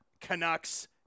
Canucks